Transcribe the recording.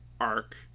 arc